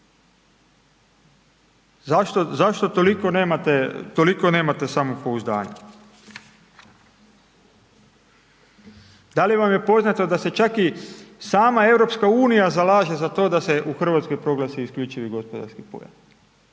nemate, toliko nemate samopouzdanja? Da li vam je poznato da se čak i sama EU zalaže za to da se u Hrvatskoj proglasi isključivi gospodarski pojas,